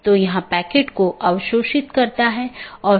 तो यह कुछ सूचित करने जैसा है